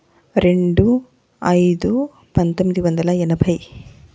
రెండు ఐదు పంతొమ్మిది వందల ఎనభై